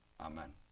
Amen